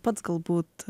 pats galbūt